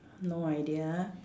no idea